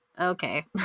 okay